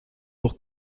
pour